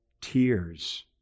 tears